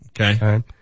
Okay